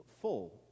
full